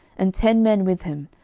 and ten men with him,